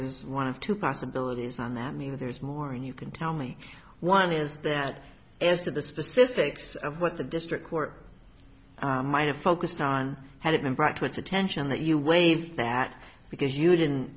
is one of two possibilities on that meaning there's more and you can tell me one is that as to the specifics of what the district court might have focused on had it been brought to its attention that you waived that because you didn't